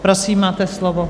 Prosím, máte slovo.